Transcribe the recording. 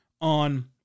on